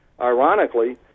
Ironically